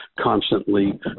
constantly